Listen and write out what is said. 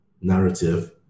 narrative